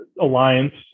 alliance